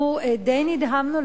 אנחנו די נדהמנו,